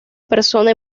persona